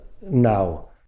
now